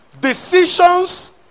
Decisions